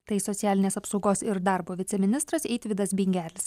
tai socialinės apsaugos ir darbo viceministras eitvydas bingelis